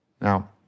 Now